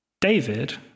David